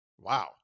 Wow